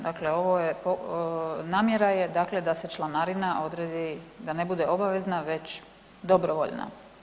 Dakle, ovo je, namjera je dakle da se članarina odredi, da ne bude obavezna već dobrovoljna.